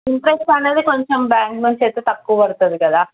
interest అనేది కొంచెం bank నుంచి అయితే తక్కువ పడుతుంది కదా